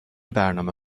برنامه